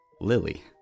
Lily